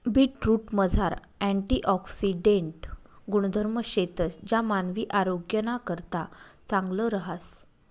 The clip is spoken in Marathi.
बीटरूटमझार अँटिऑक्सिडेंट गुणधर्म शेतंस ज्या मानवी आरोग्यनाकरता चांगलं रहास